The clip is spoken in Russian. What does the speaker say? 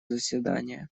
заседания